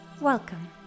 Welcome